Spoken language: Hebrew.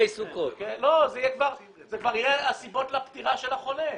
המוות ותהווה את הסיבות לפטירת החולה.